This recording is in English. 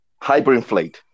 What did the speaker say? hyperinflate